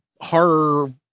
horror